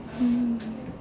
mm